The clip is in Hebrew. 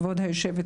כבוד היו"ר